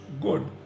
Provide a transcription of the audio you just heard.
good